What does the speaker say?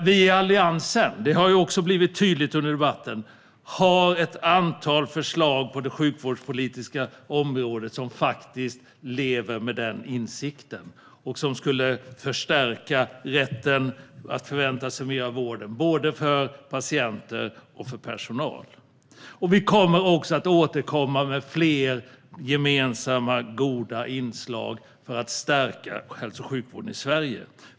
Vi i Alliansen har, vilket blivit tydligt under debatten, ett antal förslag på det sjukvårdspolitiska området, som faktiskt bygger på den insikten och skulle förstärka rätten att förvänta sig mer av vården, både för patienter och för personal. Vi kommer att återkomma med fler gemensamma goda inslag för att stärka hälso och sjukvården i Sverige.